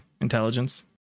intelligence